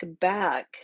back